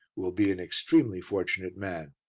will be an extremely fortunate man.